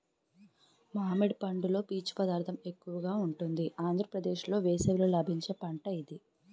మామిడి పండులో పీచు పదార్థం ఎక్కువగా ఉంటుంది ఆంధ్రప్రదేశ్లో వేసవిలో లభించే పంట ఇది